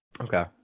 okay